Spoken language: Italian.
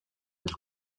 del